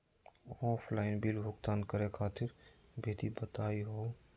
Offline bill भुगतान करे खातिर विधि बताही हो?